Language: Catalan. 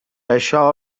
això